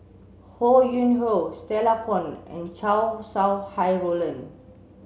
Ho Yuen Hoe Stella Kon and Chow Sau Hai Roland